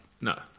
no